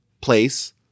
place